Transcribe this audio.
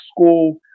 school